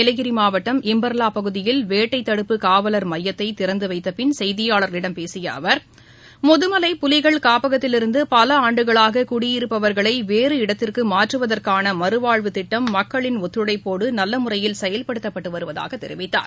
நீலகிரி மாவட்டம் இம்பர்லா பகுதியில் வேட்டைத்தடுப்பு காவலர் மையத்தை திறந்துவைத்த பின் செய்தியாளர்களிடம் பேசிய அமைச்சர் முதுலை புலிகள் காப்பகத்திலிருந்து பல ஆண்டுகளாக குடியிருப்பவர்களை வேறு இடத்திற்கு மாற்றுவதற்கான மறுவாழ்வு திட்டம் மக்களின் ஒத்துழைப்போடு நல்லமுறையில் செயல்படுத்தப்பட்டு வருவதாகத் தெரிவித்தார்